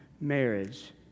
marriage